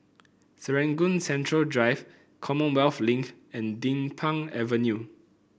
Serangoon Central Drive Commonwealth Link and Din Pang Avenue